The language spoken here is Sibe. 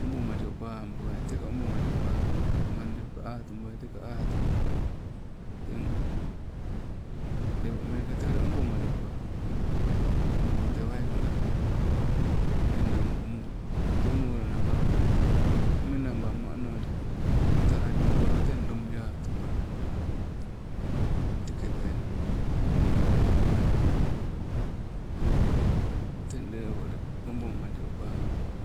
Obomalio pabuai teka obo malio, pabuai apa bainde ko atubai, tekaa atubai, teeng lepo mekee tee ule obomalio pabuko, awago tee waikenga enango tee molaa nauka wee menabamma onoli, uta lalimokolo teng lobi atubaloda, teketai enang malakolo teng leko ulle obomalio pabuko,